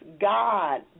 God